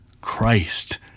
Christ